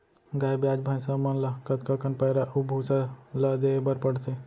गाय ब्याज भैसा मन ल कतका कन पैरा अऊ भूसा ल देये बर पढ़थे?